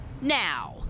now